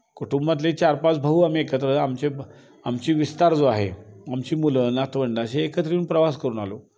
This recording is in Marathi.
कुटुंबातले चार पाच भाऊ आम्ही एकत्र आमचे आमची विस्तार जो आहे आमची मुलं नातवंडं अशी एकत्र येऊन प्रवास करून आलो